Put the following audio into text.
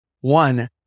one